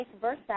versa